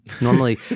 Normally